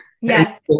Yes